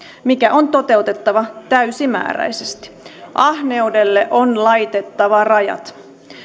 mikä on toteutettava täysimääräisesti ahneudelle on laitettava rajat